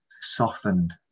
softened